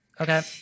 Okay